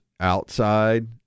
outside